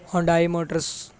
Hyundai motors